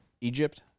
Egypt